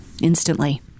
instantly